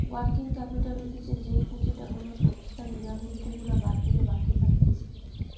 working capital হতিছে যেই পুঁজিটা কোনো সংস্থার লিয়াবিলিটি গুলা বাদ দিলে বাকি থাকতিছে